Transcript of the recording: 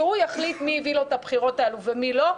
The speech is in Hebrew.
שהוא יחליט מי הביא לו את הבחירות האלו ומי לא.